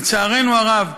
לצערנו הרב,